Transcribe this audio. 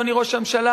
אדוני ראש הממשלה,